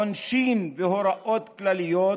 עונשין והוראות כלליות,